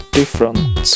different